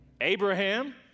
Abraham